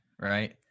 right